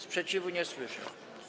Sprzeciwu nie słyszę.